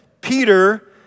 Peter